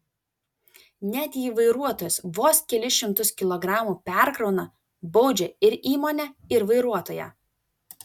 net jei vairuotojas vos kelis šimtus kilogramų perkrauna baudžia ir įmonę ir vairuotoją